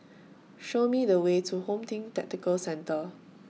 Show Me The Way to Home Team Tactical Centre